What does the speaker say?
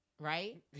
right